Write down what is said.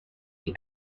qui